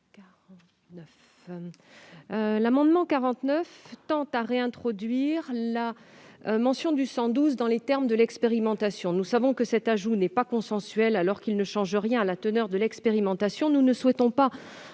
L'amendement n° 49 rectifié tend à réintroduire la mention du 112 dans les termes de l'expérimentation. Nous savons que cet ajout n'est pas consensuel, alors qu'il ne change rien à la teneur de l'expérimentation. Nous ne souhaitons pas